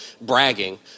bragging